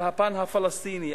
על הפן הפלסטיני,